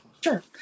Sure